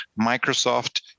Microsoft